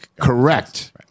correct